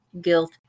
guilt